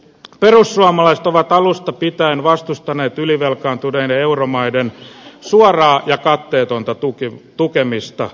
perussuomalaiset ovat alusta pitäen vastustaneet ylivelkaantuneiden euromaiden suoraa ja katteetonta tukemista